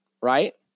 Right